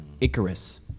Icarus